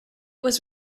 was